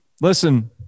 listen